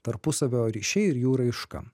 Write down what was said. tarpusavio ryšiai ir jų raiška